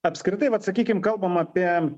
apskritai vat sakykim kalbam apie